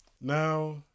Now